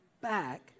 back